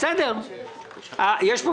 אם זה